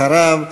אחריו,